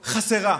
חסרה.